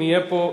אם יהיה פה,